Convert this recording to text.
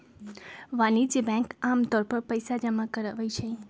वाणिज्यिक बैंक आमतौर पर पइसा जमा करवई छई